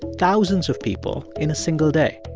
thousands of people in a single day.